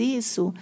isso